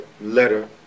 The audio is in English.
letter